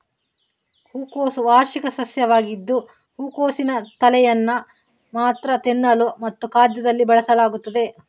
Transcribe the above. ಹೂಕೋಸು ವಾರ್ಷಿಕ ಸಸ್ಯವಾಗಿದ್ದು ಹೂಕೋಸಿನ ತಲೆಯನ್ನು ಮಾತ್ರ ತಿನ್ನಲು ಮತ್ತು ಖಾದ್ಯದಲ್ಲಿ ಬಳಸಲಾಗುತ್ತದೆ